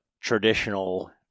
traditional